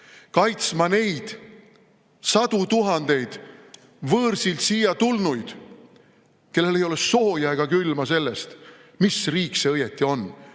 kaitsma neid sadu tuhandeid võõrsilt siia tulnuid, kellel ei ole sooja ega külma sellest, mis riik see õieti on,